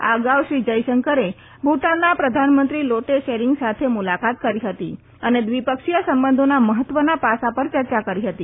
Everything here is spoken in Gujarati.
આ અગાઉ શ્રી જયશંકરે ભૂટાનના પ્રધાનમંત્રી લોટે ત્શેરીંગ સાથે મુલાકાત કરી હતી અને દ્વિપક્ષીય સંબંધોના મહત્વના પાસા પર ચર્ચા કરી હતી